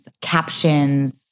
captions